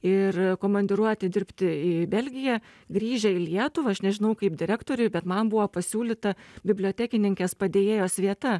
ir komandiruoti dirbti į belgiją grįžę į lietuvą aš nežinau kaip direktoriui bet man buvo pasiūlyta bibliotekininkės padėjėjos vieta